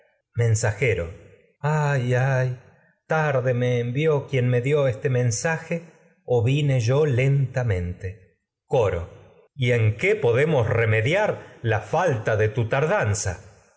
mensajero ay ay tarde este me envió quien me di ó mensaje o vine yo lentamente coro y en qué podemos remediar la falta de tu tardanza